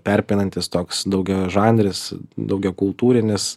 perpinantis toks daugiažanris daugiakultūrinis